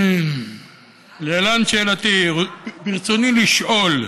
להלן שאלתי, ברצוני לשאול: